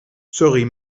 sorry